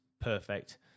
Perfect